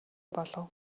болов